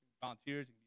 volunteers